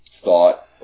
thought